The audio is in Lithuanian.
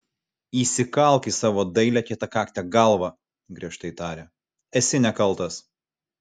įsikalk į savo dailią kietakaktę galvą griežtai tarė esi nekaltas